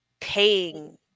paying